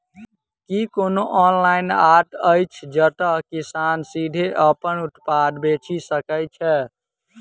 की कोनो ऑनलाइन हाट अछि जतह किसान सीधे अप्पन उत्पाद बेचि सके छै?